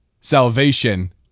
salvation